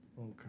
Okay